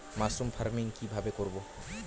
Mushroom farming কি ভাবে করব?